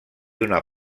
una